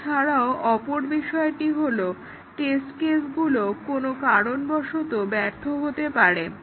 এছাড়াও অপর বিষয়টি হলো টেস্ট কেসগুলো কোনো কারণবশত ব্যর্থ হতে পারে